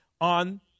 on